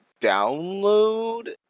download